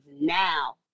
now